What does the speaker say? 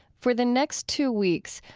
for the next two weeks,